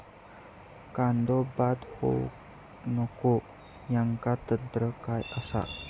कांदो बाद होऊक नको ह्याका तंत्र काय असा?